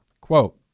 quote